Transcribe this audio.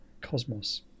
Cosmos